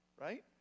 right